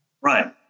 Right